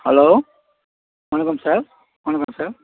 hello வணக்கம் sir வணக்கம் sir